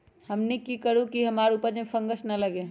हमनी की करू की हमार उपज में फंगस ना लगे?